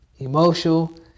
Emotional